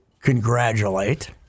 congratulate